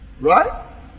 Right